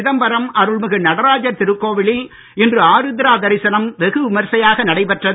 சிதம்பரம் அருள்மிகு நடராஜர் திருக்கோவிலில் இன்று ஆருத்ரா தரிசனம் வெகு விமரிசையாக நடைபெற்றது